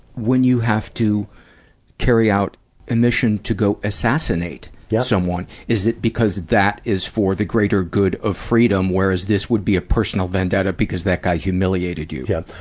when you have to carry out a mission to go assassinate yeah someone? is it because that is for the greater good of freedom, whereas this would be a personal vendetta because that guy humiliated you? yeah,